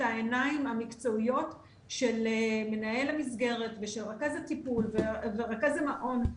העיניים המקצועיות של מנהל המסגרת ושל רכז הטיפול ורכז המעון,